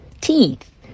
teeth